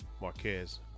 Marquez